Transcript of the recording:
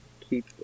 Keep